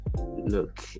Look